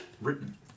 written